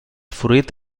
fruit